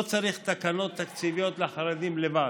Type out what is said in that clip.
לא צריך תקנות תקציביות לחרדים לבד.